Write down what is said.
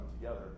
together